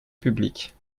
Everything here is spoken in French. publique